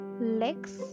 Legs